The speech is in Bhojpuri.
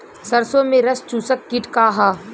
सरसो में रस चुसक किट का ह?